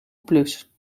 plus